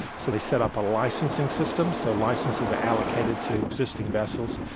so they set up a licensing system, so licenses are allocated to existing vessels,